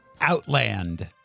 Outland